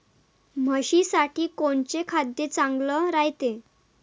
म्हशीसाठी कोनचे खाद्य चांगलं रायते?